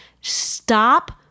stop